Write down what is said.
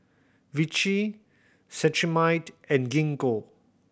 Vichy Cetrimide and Gingko